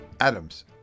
adams